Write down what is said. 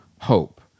hope